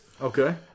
Okay